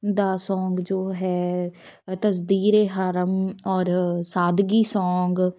ਦਾ song ਜੋ ਹੈ ਅ ਤਸਦੀਰੇ ਹਾਰਮ ਔਰ ਸਾਦਗੀ ਸੌਗ